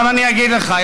עכשיו אני אגיד לך,